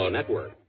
Network